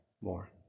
more